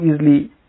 easily